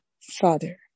father